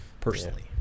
personally